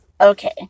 Okay